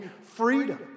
freedom